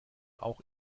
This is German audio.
auch